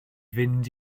fynd